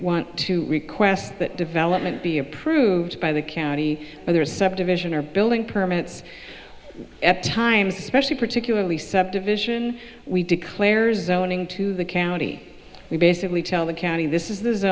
want to request that development be approved by the county for their subdivision or building permits at times especially particularly subdivision we declares zoning to the county we basically tell the county this is th